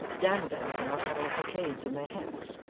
damned them for not having cockades in their hats,